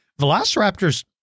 velociraptors